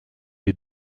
les